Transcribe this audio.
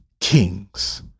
kings